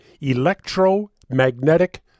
electromagnetic